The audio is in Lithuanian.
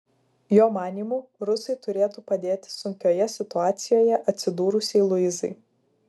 jo manymu rusai turėtų padėti sunkioje situacijoje atsidūrusiai luizai